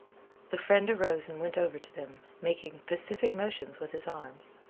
the friend arose and went over to them, making pacific motions with his arms.